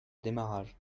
démarrage